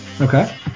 Okay